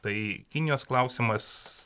tai kinijos klausimas